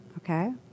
okay